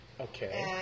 Okay